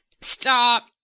stop